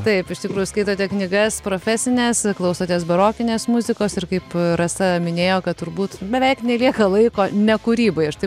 taip iš tikrųjų skaitote knygas profesines klausotės barokinės muzikos ir kaip rasa minėjo kad turbūt beveik nelieka laiko ne kūrybai aš taip